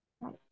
Right